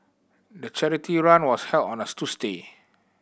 the charity run was held on a Tuesday